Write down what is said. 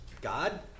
God